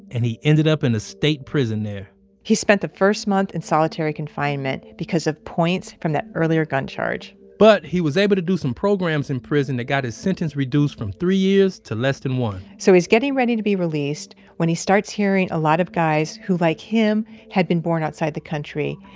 and he ended up in a state prison there he spent the first month in solitary confinement because of points from that earlier gun charge but he was able to do some programs in prison that got his sentence reduced from three years to less than one so he's getting ready to be released when he starts hearing a lot of guys who like him had been born outside the country.